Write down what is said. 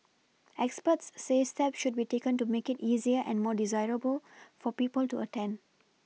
experts say steps should be taken to make it easier and more desirable for people to attend